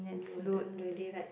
no I don't really like